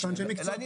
אני